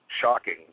shocking